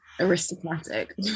aristocratic